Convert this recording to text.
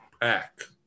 back